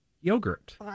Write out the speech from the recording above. yogurt